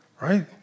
right